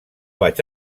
vaig